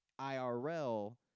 IRL